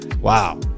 Wow